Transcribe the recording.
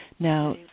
Now